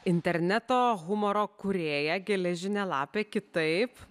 interneto humoro kūrėją geležinę lapę kitaip